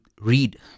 read